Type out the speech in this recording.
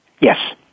Yes